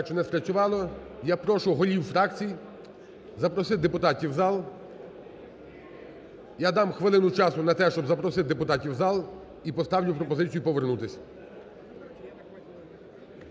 не спрацювало. Я прошу голів фракцій запросити депутатів в зал. Я дам хвилину часу на те, щоб запросити депутатів в зал і поставлю пропозицію повернутися.